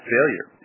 Failure